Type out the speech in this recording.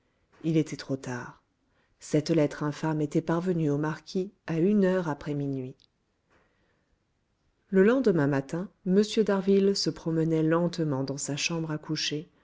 il était trop tard cette lettre infâme était parvenue au marquis à une heure après minuit le lendemain matin m d'harville se promenait lentement dans sa chambre à coucher